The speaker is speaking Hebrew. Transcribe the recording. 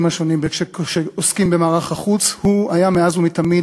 השונים שעוסקים במערך החוץ היו מאז ומתמיד.